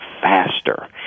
faster